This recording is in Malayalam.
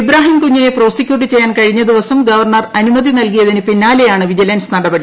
ഇബ്രാഹിംകുഞ്ഞിനെ പ്രോസിക്യൂട്ട് ചെയ്യാൻ കഴിഞ്ഞ ദിവസം ഗവർണർ അനുമതി നൽകിയതിന് പിന്നാലെയാണ് വിജിലൻസ് നടപടി